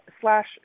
slash